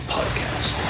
Podcast